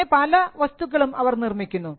അങ്ങനെ പല പ്രത്യേക വസ്തുക്കളും നിർമ്മിക്കുന്നു